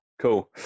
cool